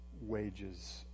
Wages